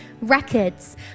records